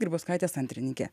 grybauskaitės antrininkė